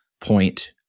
point